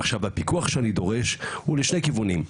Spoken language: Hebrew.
עכשיו הפיקוח שאני דורש הוא לשני כיוונים,